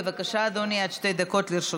בבקשה, אדוני, עד שתי דקות לרשותך.